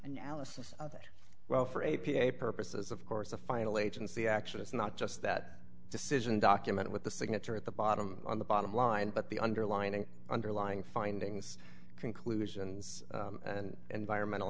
analysis of it well for a p a purposes of course the final agency actually it's not just that decision document with the signature at the bottom on the bottom line but the underlining underlying findings conclusions and environmental